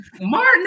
Martin